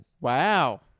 Wow